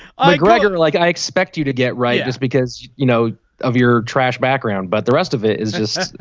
i think record like i expect you to get right. it's because you know of your trash background. but the rest of it is just oh